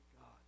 God